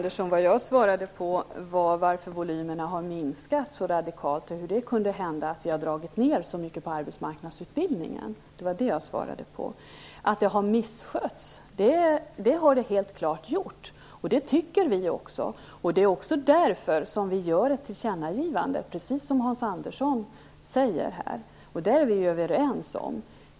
Fru talman! Jag svarade på frågan varför volymerna har minskats så radikalt och hur det kunde hända att vi drog ned så mycket på arbetsmarknadsutbildningen. Detta har helt klart misskötts, och det tycker vi också. Därför gör vi ett tillkännagivande, precis som Hans Andersson säger. Där är vi överens.